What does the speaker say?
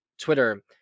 Twitter